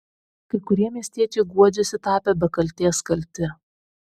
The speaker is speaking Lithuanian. kai kurie miestiečiai guodžiasi tapę be kaltės kalti